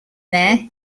mayor